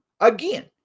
Again